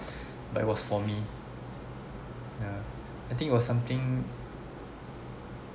but it was for me yeah I think it was something